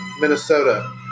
Minnesota